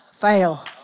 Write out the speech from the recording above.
fail